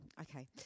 Okay